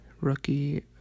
rookie